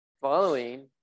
following